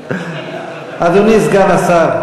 אדוני סגן השר,